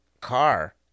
car